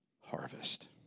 harvest